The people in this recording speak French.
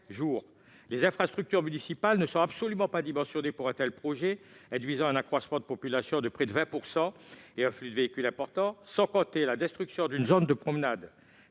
Les infrastructures municipales ne sont absolument pas dimensionnées pour un tel projet induisant un accroissement de population de près de 20 % et un flux de véhicules important, sans compter la destruction d'une zone de promenade.